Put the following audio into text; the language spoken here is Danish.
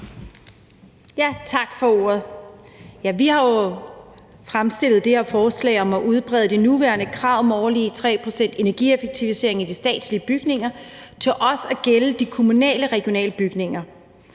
Tak for ordet. Vi har jo fremsat det her forslag om at udbrede det nuværende krav om 3 pct. energieffektiviseringer årligt i de statslige bygninger til også at gælde de kommunale og regionale bygninger,